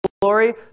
glory